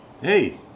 Hey